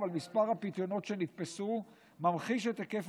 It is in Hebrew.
אבל מספר הפיתיונות שנתפסו ממחיש את היקף